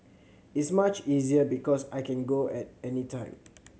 is much easier because I can go at any time